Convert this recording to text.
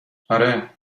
اره